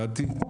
הבנתי.